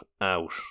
out